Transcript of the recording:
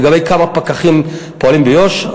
לגבי כמה פקחים פועלים ביו"ש,